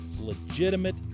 legitimate